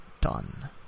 done